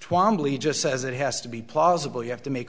twamley just says it has to be plausible you have to make